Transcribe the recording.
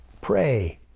Pray